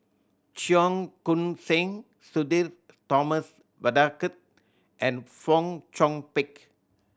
Cheong Koon Seng Sudhir Thomas Vadaketh and Fong Chong Pik